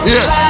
Yes